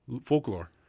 folklore